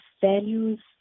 values